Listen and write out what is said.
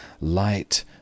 Light